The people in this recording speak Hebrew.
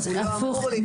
הפוך,